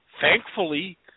Thankfully